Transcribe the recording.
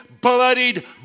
bloodied